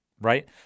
right